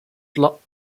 slot